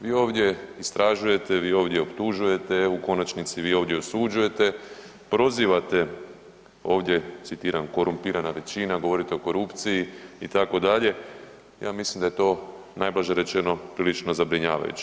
Vi ovdje istražujete, vi ovdje optužujete, u konačnici vi ovdje osuđujete, prozivate ovdje citiram „korumpirana većina“, govorite o korupciji itd., ja mislim da je to najblaže rečeno prilično zabrinjavajuće.